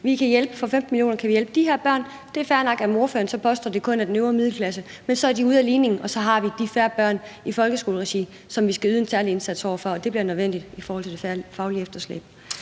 sige, at vi for 15 mio. kr. kan hjælpe de her børn, og det er fair nok, at ordføreren så påstår, det kun er den øvre middelklasse, men så er de ude af ligningen, og så har vi de færre børn i folkeskoleregi, som vi skal yde en særlig indsats over for, og det bliver nødvendigt i forhold til det faglige efterslæb.